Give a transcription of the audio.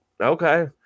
okay